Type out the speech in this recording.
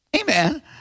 Amen